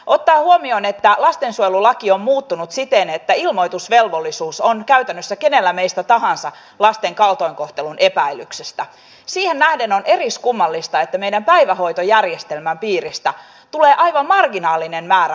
siihen nähden että lastensuojelulaki on muuttunut siten että ilmoitusvelvollisuus on käytännössä kenellä meistä tahansa lasten kaltoinkohtelun epäilyksessä on eriskummallista että meidän päivähoitojärjestelmän piiristä tulee aivan marginaalinen määrä lastensuojeluilmoituksia